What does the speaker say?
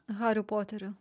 hariu poteriu